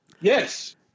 Yes